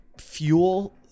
fuel